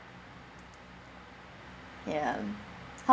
ya how